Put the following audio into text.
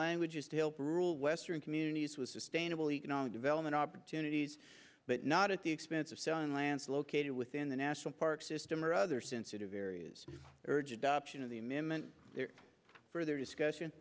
language is to help rule western communities with sustainable economic development opportunities but not at the expense of certain lanse located within the national park system or other sensitive areas urge adoption of the amendment further